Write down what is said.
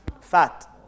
fat